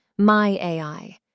MyAI